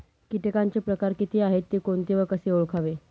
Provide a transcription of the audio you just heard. किटकांचे प्रकार किती आहेत, ते कोणते व कसे ओळखावे?